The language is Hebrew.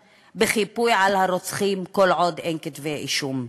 בחיפוי על הרוצחים כל עוד אין כתבי אישום.